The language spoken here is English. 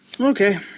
Okay